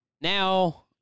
Now